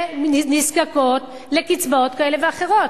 שנזקקות לקצבאות כאלה ואחרות,